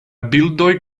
bildoj